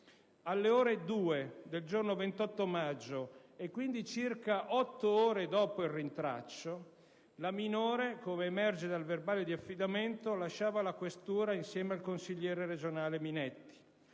Alle ore 2 del giorno 28 maggio, e quindi circa otto ore dopo il rintraccio, la minore, come emerge dal verbale di affidamento, lasciava la questura insieme al consigliere regionale Minetti;